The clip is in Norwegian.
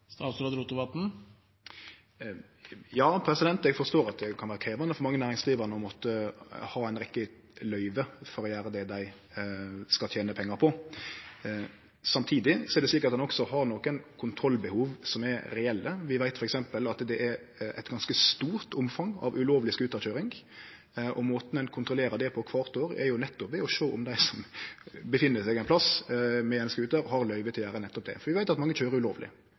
Eg forstår at det kan vere krevjande for mange næringsdrivande å måtte ha ei rekkje løyve for å gjere det dei skal tene pengar på. Samtidig er det slik at ein også har nokre kontrollbehov som er reelle. Vi veit f.eks. at det er eit ganske stort omfang av ulovleg scooterkøyring, og måten ein kontrollerer det på kvart år, er nettopp å sjå om dei som oppheld seg på ein plass med ein scooter, har løyve til å gjere nettopp det. For vi veit at mange køyrer ulovleg.